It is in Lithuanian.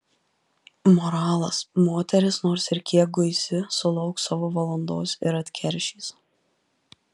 moralas moteris nors ir kiek guisi sulauks savo valandos ir atkeršys